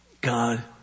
God